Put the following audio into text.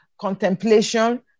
contemplation